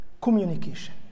communication